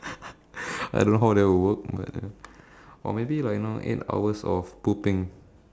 I don't know how that will work but ya or maybe like you know eight hours of pooping